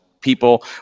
people